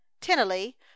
Tennelly